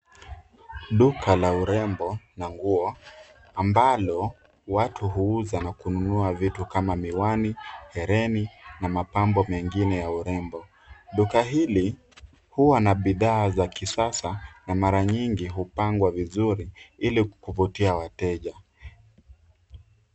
Duka la urembo na nguo ambalo watu huuza na kununua vitu kama miwani, hereni na mapambo mengine ya urembo duka hili hua na bidhaa za kisasa na mara nyingi hupangwa vizuri ili kuvutia wateja.